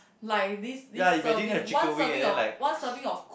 like this this serving one serving of one serving of